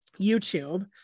YouTube